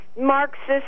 Marxist